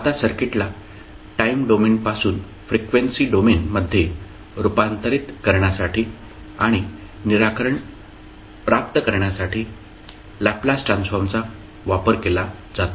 आता सर्किटला time domain पासून फ्रिक्वेन्सी डोमेन मध्ये रूपांतरित करण्यासाठी आणि निराकरण प्राप्त करण्यासाठी लॅपलास ट्रान्सफॉर्मचा वापर केला जातो